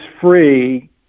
free